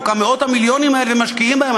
את כמה מאות המיליונים האלה ומשקיעים בהם,